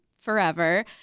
forever